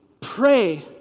pray